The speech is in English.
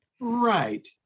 Right